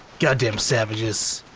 goddamn savages.